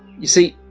you see